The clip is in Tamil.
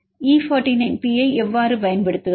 E49P ஐ எவ்வாறு பயன்படுத்துவது